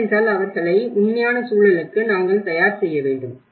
ஏனென்றால் அவர்களை உண்மையான சூழலுக்கு நாங்கள் தயார் செய்ய வேண்டும்